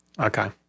Okay